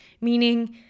Meaning